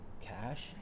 cash